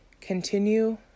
Continue